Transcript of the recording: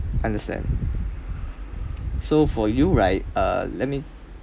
understand so for you right uh let me